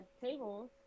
tables